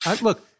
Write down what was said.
Look